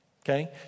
Okay